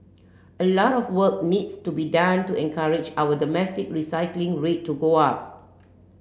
a lot of work needs to be done to encourage our domestic recycling rate to go up